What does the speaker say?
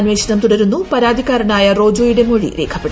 അന്വേഷണം തുടരുന്നു പരാതിക്കാരനായ റോജോയുടെ മൊഴി രേഖപ്പെടുത്തി